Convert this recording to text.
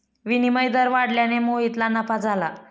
विनिमय दर वाढल्याने मोहितला नफा झाला